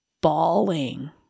bawling